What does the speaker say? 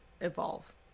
evolve